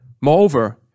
Moreover